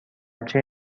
بچه